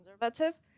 conservative